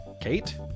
Kate